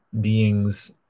beings